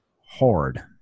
hard